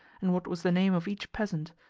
and what was the name of each peasant,